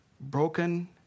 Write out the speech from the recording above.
broken